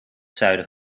zuiden